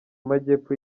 majyepfo